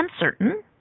uncertain